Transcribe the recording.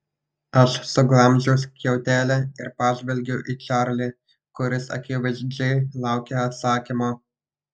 aš suglamžiau skiautelę ir pažvelgiau į čarlį kuris akivaizdžiai laukė atsakymo